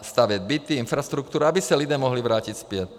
Stavět byty, infrastrukturu, aby se lidé mohli vrátit zpět.